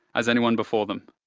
as anyone before them.